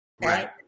Right